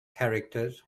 characters